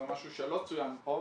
זה משהו שלא צוין פה.